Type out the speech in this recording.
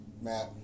Matt